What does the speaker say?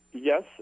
Yes